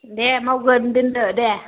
दे मावगोन दोनदो दे